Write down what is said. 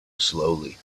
slowly